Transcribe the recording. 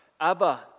Abba